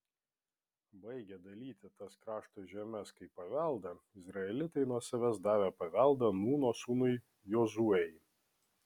baigę dalyti tas krašto žemes kaip paveldą izraelitai nuo savęs davė paveldą nūno sūnui jozuei